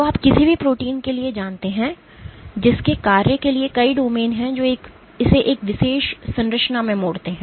तो आप किसी भी प्रोटीन के लिए जानते हैं जिसके कार्य के लिए कई डोमेन हैं जो इसे एक विशेष संरचना में मोड़ते हैं